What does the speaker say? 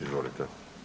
Izvolite.